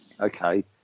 Okay